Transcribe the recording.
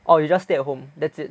orh you just stay at home that's it